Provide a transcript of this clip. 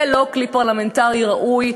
זה לא כלי פרלמנטרי ראוי,